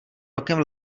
rokem